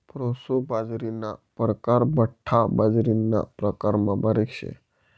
proso बाजरीना परकार बठ्ठा बाजरीना प्रकारमा बारीक शे